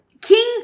King